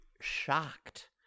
shocked